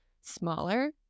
smaller